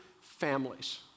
families